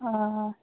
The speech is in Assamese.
অঁ